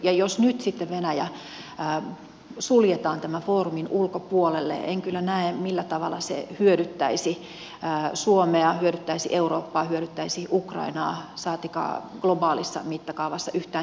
jos nyt sitten venäjä suljetaan tämän foorumin ulkopuolelle en kyllä näe millä tavalla se hyödyttäisi suomea hyödyttäisi eurooppaa hyödyttäisi ukrainaa saatikka globaalissa mittakaavassa yhtään ketään